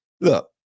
Look